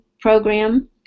program